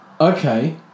okay